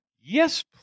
Yes